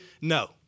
No